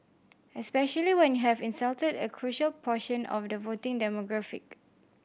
especially when you have insulted a crucial portion of the voting demographic